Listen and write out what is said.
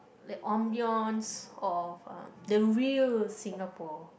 like ambience of uh the real Singapore